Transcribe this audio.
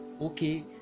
okay